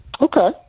Okay